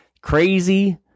Crazy